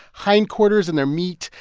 hindquarters and their meat,